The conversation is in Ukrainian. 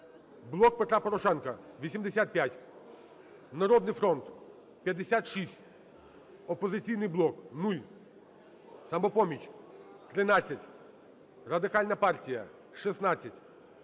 "Блок Петра Порошенка" – 85, "Народний фронт" – 56, "Опозиційний блок" – 0, "Самопоміч" – 13, Радикальна партія – 17,